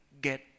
get